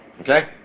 Okay